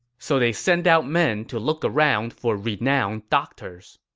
so they sent out men to look around for renowned doctors.